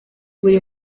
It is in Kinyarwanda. buri